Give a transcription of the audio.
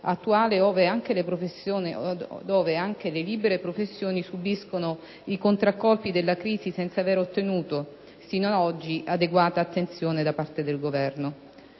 attualmente anche le libere professioni subiscono i contraccolpi della crisi senza avere ottenuto fino ad oggi adeguata attenzione da parte del Governo.